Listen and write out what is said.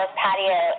patio